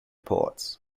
ports